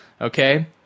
Okay